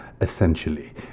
essentially